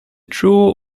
true